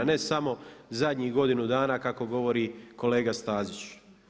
Ne samo zadnjih godinu dana kako govori kolega Stazić.